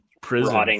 prison